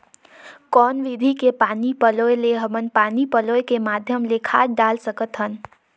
कौन विधि के पानी पलोय ले हमन पानी पलोय के माध्यम ले खाद डाल सकत हन?